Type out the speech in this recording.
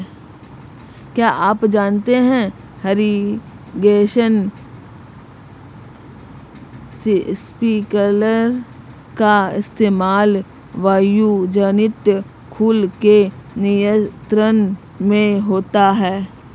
क्या आप जानते है इरीगेशन स्पिंकलर का इस्तेमाल वायुजनित धूल के नियंत्रण में होता है?